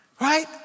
right